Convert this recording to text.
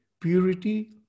Purity